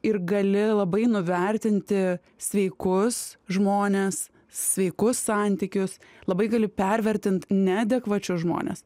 ir gali labai nuvertinti sveikus žmones sveikus santykius labai gali pervertint neadekvačius žmones